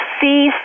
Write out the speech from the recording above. see